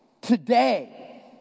today